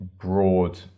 broad